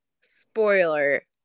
spoiler